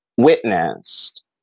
Witnessed